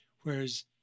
whereas